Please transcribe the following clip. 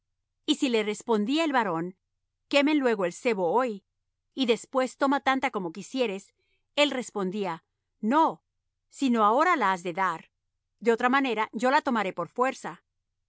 y si le respondía el varón quemen luego el sebo hoy y después toma tanta como quisieres él respondía no sino ahora la has de dar de otra manera yo la tomaré por fuerza